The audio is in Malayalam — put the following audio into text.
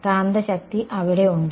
കാന്തശക്തി അവിടെ ഉണ്ട്